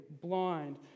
blind